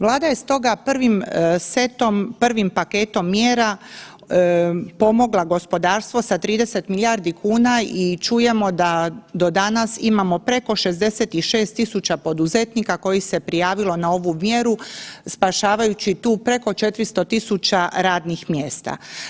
Vlada je stoga prvim setom, prvim paketom mjera pomogla gospodarstvo sa 30 milijardi kuna i čujemo da do danas imamo preko 66.000 poduzetnika kojih se prijavilo na ovu mjeru spašavajući tu preko 400.000 radnih mjesta.